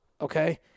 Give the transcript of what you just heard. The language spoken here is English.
Okay